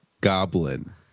Goblin